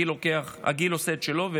הגיל עושה את שלו,